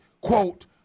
quote